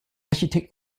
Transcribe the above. architekt